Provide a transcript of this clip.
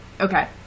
Okay